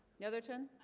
netherton